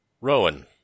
Rowan